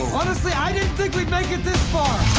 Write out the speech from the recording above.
honestly, i didn't think we'd make it this far!